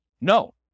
No